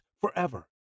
forever